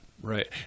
Right